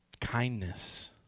Kindness